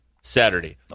Saturday